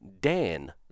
Dan